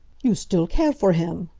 you still care for him!